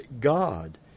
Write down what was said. God